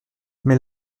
mais